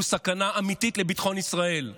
כי הוא סכנה אמיתית לביטחון ישראל.